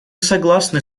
согласны